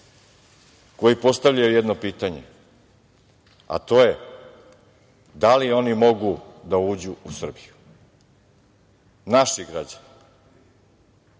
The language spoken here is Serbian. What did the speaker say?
koji postavljaju jedno pitanje, a to je – da li oni mogu da uđu u Srbiju? Naši građani.